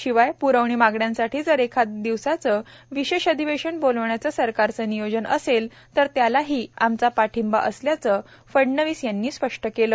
शिवाय प्रवणी मागण्यांसाठी जर एखादं दिवसाचं विशेष अधिवेशन बोलवण्याचं सरकारचं नियोजन असेल तर त्यालाही पाठिंबा असल्याचं फडणवीस यांनी स्पष्ट केलं